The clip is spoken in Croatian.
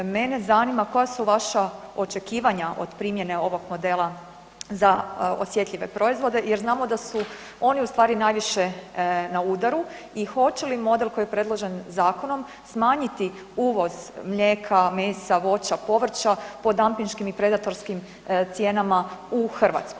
Mene zanima koja su vaša očekivanja od primjene ovog modela za osjetljive proizvode jer znamo da su oni ustvari najviše na udaru i hoće li model koji je predložen zakonom smanjiti uvoz mlijeka, mesa, voća, povrća po dampinškim i predatorskim cijenama u Hrvatsku?